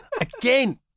Again